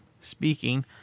speaking